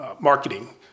marketing